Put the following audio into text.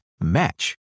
match